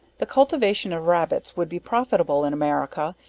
the cultivation of rabbits would be profitable in america,